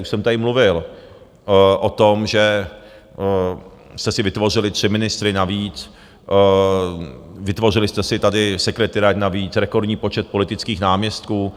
Už jsem tady mluvil o tom, že jste si vytvořili tři ministry navíc, vytvořili jste si tady sekretariáty navíc, rekordní počet politických náměstků.